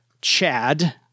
Chad